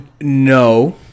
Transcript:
No